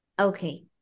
Okay